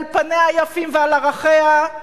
על פניה היפים ועל ערכיה,